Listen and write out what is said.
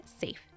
safe